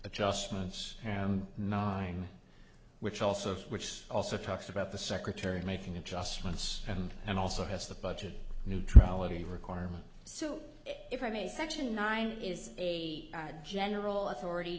adjustments nine which also which also talks about the secretary making adjustments and also has the budget neutrality requirement so if i may section nine is a general authority